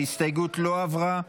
ההסתייגות לא עברה.